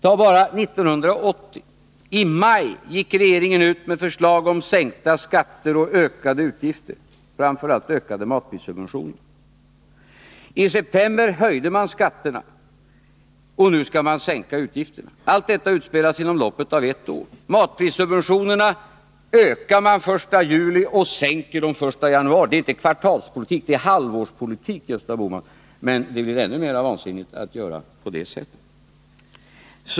Tag bara 1980: I maj gick regeringen ut med ett förslag om sänkta skatter och ökade utgifter, framför allt ökade matprissubventioner. I september höjde man skatterna, och nu skall man sänka utgifterna. Allt detta utspelas inom loppet av ett år. Matprissubventionerna ökar man den 1 juli och sänker den 1 januari. Det är inte kvartalspolitik — det är halvårspolitik, Gösta Bohman, men det blir ännu mer vansinnigt att göra på det sättet.